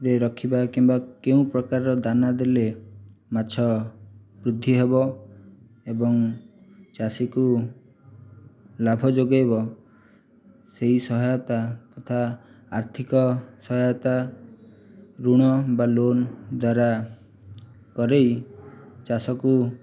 ରେ ରଖିବା କିମ୍ବା କେଉଁ ପ୍ରକାରର ଦାନା ଦେଲେ ମାଛ ବୃଦ୍ଧି ହେବ ଏବଂ ଚାଷୀକୁ ଲାଭ ଯୋଗାଇବ ସେହି ସହାୟତା ତଥା ଆର୍ଥିକ ସହାୟତା ଋଣ ବା ଲୋନ୍ ଦ୍ୱାରା କରାଇ ଚାଷକୁ